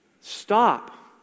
stop